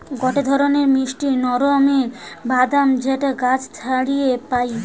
গটে ধরণের মিষ্টি রকমের বাদাম যেটা গাছ থাকি পাইটি